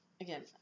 again